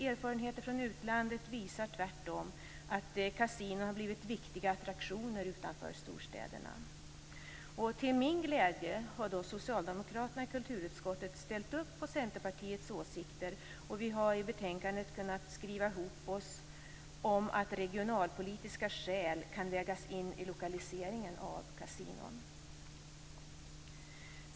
Erfarenheter från utlandet visar tvärtom att kasinon har blivit viktiga attraktioner utanför storstäderna. Till min glädje har Socialdemokraterna i kulturutskottet ställt upp på Centerpartiets åsikter, och vi har i betänkandet kunnat skriva ihop oss om att regionalpolitiska skäl kan vägas in i lokaliseringen av kasinon.